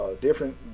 different